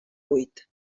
buit